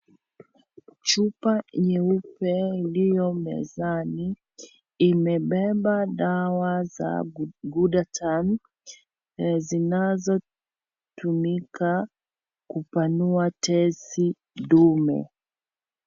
Chupa nyeupe iliyomezani imebeba dawa za Ghudatun zinazotumika kupanua tezi dume.